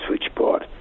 switchboard